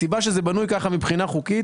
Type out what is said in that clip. הסיבה שזה בנוי ככה מבחינה חוקית,